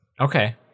Okay